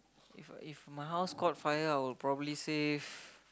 if if my house caught fire I would probably save